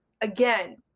Again